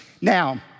Now